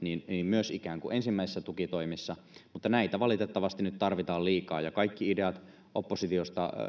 myös ikään kuin ensimmäisissä tukitoimissa mutta näitä valitettavasti nyt tarvitaan liikaa ja kaikki ideat oppositiosta